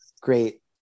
great